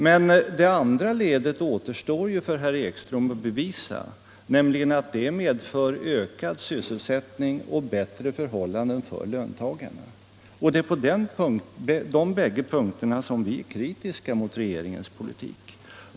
Men det andra ledet återstår ju för herr Ekström att bevisa, nämligen att det medför ökad sysselsättning och bättre förhållanden för löntagarna. Det är på bägge de här punkterna vi är kritiska mot regeringens politik.